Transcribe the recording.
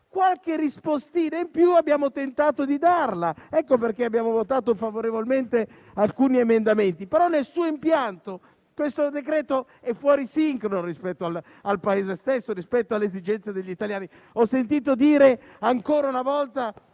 Qualche rispostina in più abbiamo tentato di dare: ecco perché abbiamo votato favorevolmente su alcuni emendamenti. Nel suo impianto, però, questo decreto-legge è fuori sincrono rispetto al Paese e alle esigenze degli italiani. Ho sentito dire ancora una volta